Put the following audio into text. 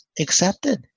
accepted